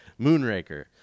Moonraker